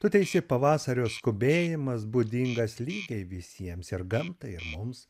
tu teisi pavasario skubėjimas būdingas lygiai visiems ir gamtai ir mums